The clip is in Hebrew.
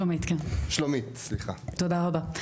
תודה רבה,